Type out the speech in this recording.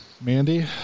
Mandy